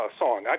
song